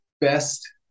best